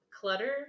clutter